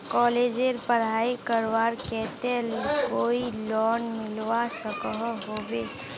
कॉलेजेर पढ़ाई करवार केते कोई लोन मिलवा सकोहो होबे?